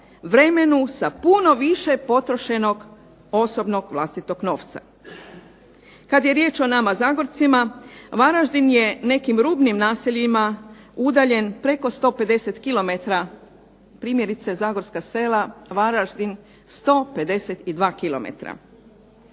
vremenu, sa puno više potrošenog osobnog vlastitog novca. Kad je riječ o nama Zagorcima, Varaždin je nekim rubnim naseljima udaljen preko 150 kilometara, primjerice zagorska sela, Varaždin 152